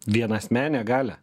vienasmenę galią